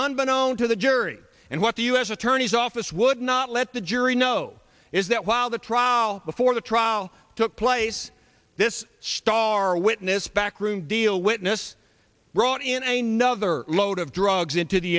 unbeknown to the jury and what the u s attorney's office would not let the jury know is that while the trial before the trial took place this star witness back room deal witness brought in a nother load of drugs into the